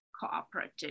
cooperative